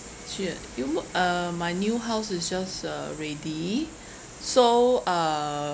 she uh you mo~ uh my new house is just uh ready so uh